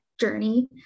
journey